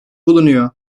bulunuyor